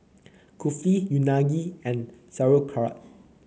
Kulfi Unagi and Sauerkraut